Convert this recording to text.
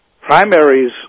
Primaries